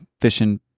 fishing